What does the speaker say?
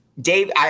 Dave